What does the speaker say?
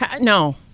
No